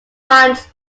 ponds